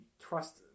trust